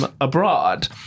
abroad